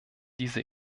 diese